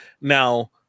Now